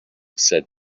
said